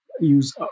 use